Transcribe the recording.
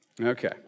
Okay